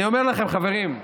אני אומר לכם, חברים,